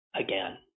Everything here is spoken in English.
again